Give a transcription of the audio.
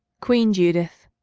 queen judith,